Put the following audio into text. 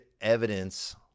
evidence